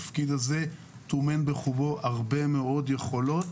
התפקיד הזה טומן בחובו הרבה מאוד יכולות